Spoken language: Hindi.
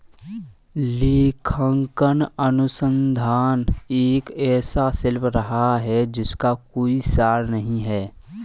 लेखांकन अनुसंधान एक ऐसा शिल्प रहा है जिसका कोई सार नहीं हैं